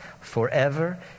Forever